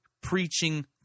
preaching